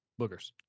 boogers